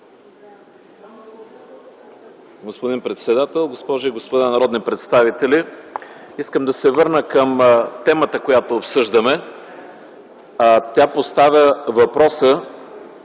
Господин председател, госпожи и господа народни представители! Искам да се върна към темата, която обсъждаме, а тя поставя въпроса